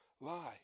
lie